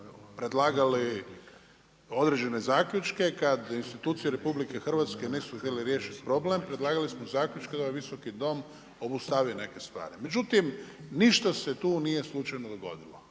predlagali određene zaključene kada RH nisu htjele riješiti problem, predlagali smo zaključke da ovaj visoki dom obustavi neke stvari. Međutim, ništa se tu nije slučajno dogodilo.